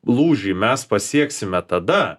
lūžį mes pasieksime tada